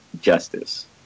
justice